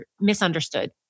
misunderstood